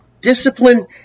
Discipline